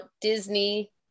disney